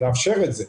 לאפשר את זה.